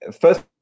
First